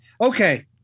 Okay